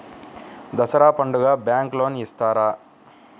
దసరా పండుగ bank loan ఇస్తారా?